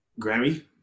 Grammy